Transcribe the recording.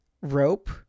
rope